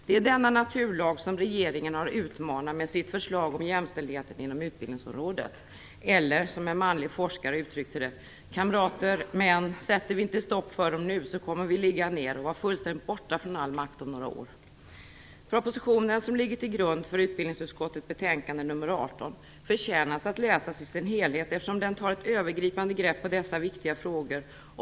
Det är denna naturlag som regeringen har utmanat med sitt förslag om jämställdheten inom utbildningsområdet. Eller som en manlig forskare uttryckte det: Kamrater, män, sätter vi inte stopp för dem nu, så kommer vi att ligga ner och vara fullständigt borta från all makt om några år. Propositionen som ligger till grund för utbildningsutskottets betänkande nr 18 förtjänar att läsas i sin helhet, eftersom den tar ett övergripande grepp på dessa viktiga frågor.